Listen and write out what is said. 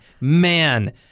man –